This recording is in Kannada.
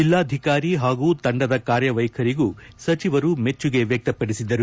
ಜಿಲ್ಲಾಧಿಕಾರಿ ಹಾಗೂ ತಂಡದ ಕಾರ್ಯವೈಖರಿಗೂ ಸಚಿವರು ಮೆಚ್ಚುಗೆ ವ್ಯಕ್ತಪದಿಸಿದರು